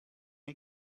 you